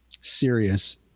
serious